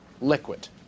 liquid